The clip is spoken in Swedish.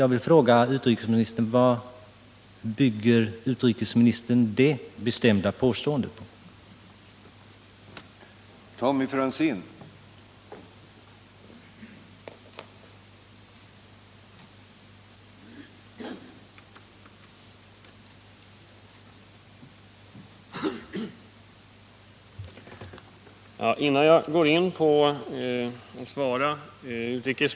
Jag vill fråga utrikesministern vad han bygger det bestämda påståendet på.